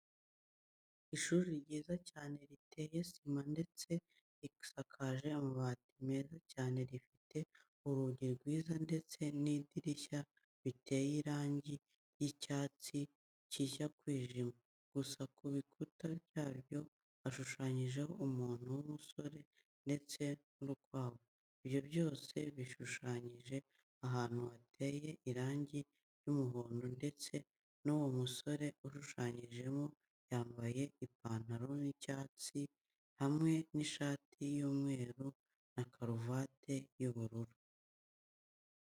Ishuri ryiza cyane riteyemo sima ndetse risakaje amabati meza cyane, rifite urugi rwiza ndetse n'idirishya biteye irangi ry'icyatsi kijya kwijima, gusa ku bikuta byaryo hashushanyijeho umuntu w'umusore ndetse n'urukwavu. Ibyo byose bishushanyije ahantu hateye irangi ry'umuhondo, ndetse uwo musore ushushanyijemo yambaye ipantaro y'icyatsi hamwe n'ishati y'umweru na karuvati y'ubururu.